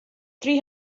three